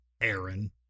Aaron